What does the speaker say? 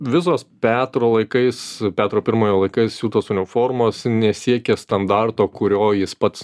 visos petro laikais petro pirmojo laikais siūtos uniformos nesiekė standarto kurio jis pats